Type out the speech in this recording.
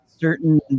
certain